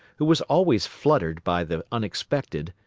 who was always fluttered by the unexpected,